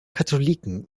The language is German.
katholiken